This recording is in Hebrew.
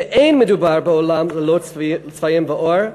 שאין מדובר בעולם ללא צבעים ואור,